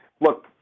look